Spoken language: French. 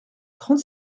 trente